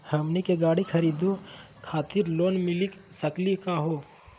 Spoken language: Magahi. हमनी के गाड़ी खरीदै खातिर लोन मिली सकली का हो?